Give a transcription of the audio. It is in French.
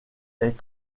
est